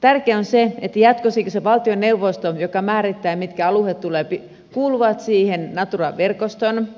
tärkeää on se että jatkossakin se on valtioneuvosto joka määrittää mitkä alueet kuuluvat siihen natura verkostoon